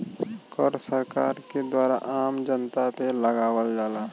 कर सरकार के द्वारा आम जनता पे लगावल जाला